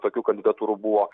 tokių kandidatūrų buvo